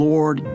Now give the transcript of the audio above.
Lord